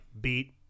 Beat